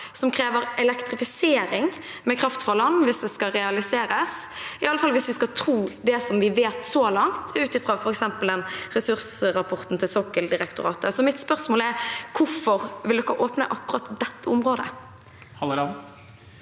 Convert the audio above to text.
som krever elektrifisering med kraft fra land hvis det skal realiseres, i alle fall hvis vi skal tro det vi vet så langt, ut fra f.eks. ressursrapporten til Sokkeldirektoratet. Mitt spørsmål er: Hvorfor vil de åpne akkurat dette området? Terje